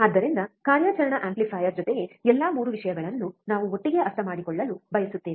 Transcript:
ಆದ್ದರಿಂದ ಕಾರ್ಯಾಚರಣಾ ಆಂಪ್ಲಿಫೈಯರ್ ಜೊತೆಗೆ ಎಲ್ಲಾ 3 ವಿಷಯಗಳನ್ನು ನಾವು ಒಟ್ಟಿಗೆ ಅರ್ಥಮಾಡಿಕೊಳ್ಳಲು ಬಯಸುತ್ತೇವೆ